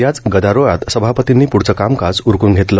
याच गदारोळात सभापतींनी प्ढचं कामकाज उरकून घेतलं